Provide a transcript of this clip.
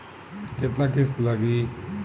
केतना किस्त लागी?